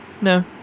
No